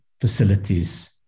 facilities